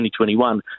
2021